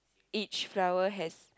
each flower has